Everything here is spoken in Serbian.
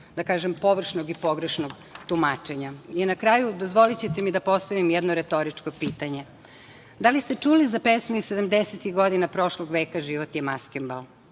nekog površnog i pogrešnog tumačenja. Na kraju, dozvolićete mi da postavim jedno retoričko pitanje – da li ste čuli za pesmu iz sedamdesetih godina prošlog veka „Život je maskembal“.